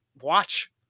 watch